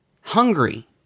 hungry